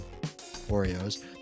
Oreos